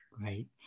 great